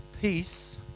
peace